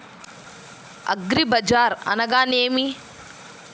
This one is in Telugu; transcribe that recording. అగ్రిబజార్ అనగా నేమి?